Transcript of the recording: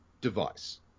device